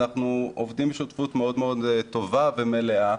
אנחנו עובדים בשותפות מאוד טובה ומלאה,